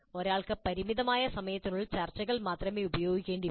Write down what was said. ഒരാൾക്ക് പരിമിതമായ സമയത്തിനുള്ളിൽ ചർച്ചകൾ മാത്രമേ ഉപയോഗിക്കേണ്ടി വരൂ